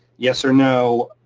yes or no,